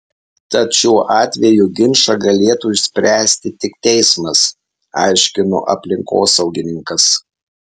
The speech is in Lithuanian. tad šiuo atveju ginčą galėtų išspręsti tik teismas aiškino aplinkosaugininkas